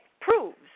proves